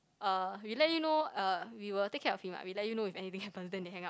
uh we let you know uh we will take care of him ah we let you know if anything happens then they hang up